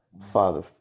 father